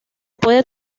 puede